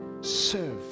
serve